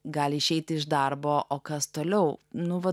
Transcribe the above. gali išeiti iš darbo o kas toliau nu va